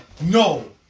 no